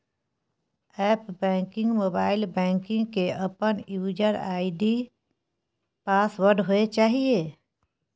app banking, mobile banking के अपन user ID password होय चाहिए